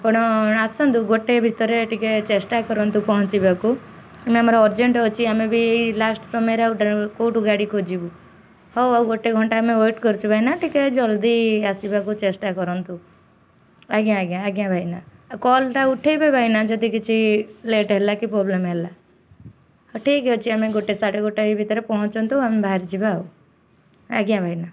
ଆପଣ ଆସନ୍ତୁ ଗୋଟେ ଭିତରେ ଟିକେ ଚେଷ୍ଟା କରନ୍ତୁ ପହଞ୍ଚିବାକୁ ଆମେ ଆମର ଅର୍ଜେଣ୍ଟ୍ ଅଛି ଆମେ ବି ଲାଷ୍ଟ୍ ସମୟରେ କେଉଁଠୁ ଗାଡ଼ି ଖୋଜିବୁ ହଉ ଆଉ ଗୋଟେ ଘଣ୍ଟା ଆମେ ୱେଟ୍ କରୁଛୁ ଭାଇନା ଟିକେ ଜଲ୍ଦି ଆସିବାକୁ ଚେଷ୍ଟା କରନ୍ତୁ ଆଜ୍ଞା ଆଜ୍ଞା ଆଜ୍ଞା ଭାଇନା କଲ୍ଟା ଉଠେଇବେ ଭାଇନା ଯଦି କିଛି ଲେଟ୍ ହେଲା କି ପ୍ରୋବ୍ଲେମ୍ ହେଲା ହଉ ଠିକ୍ ଅଛି ଆମେ ଗୋଟେ ସାଢ଼େ ଗୋଟେ ଭିତରେ ପହଞ୍ଚନ୍ତୁ ଆମେ ବାହାରି ଯିବା ଆଉ ଆଜ୍ଞା ଭାଇନା